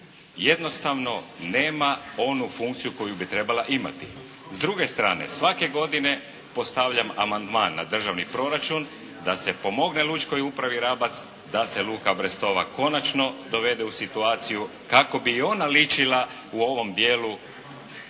jednostavno nema onu funkciju koju bi trebala imati. S druge strane, svake godine postavljam amandman na državni proračun, da se pomogne lučkoj upravi Rabac da se luka Brestova konačno dovede u situaciju kako bi i ona ličila u ovom dijelu